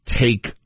take